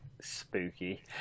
spooky